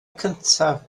cyntaf